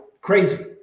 Crazy